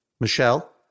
Michelle